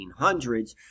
1800s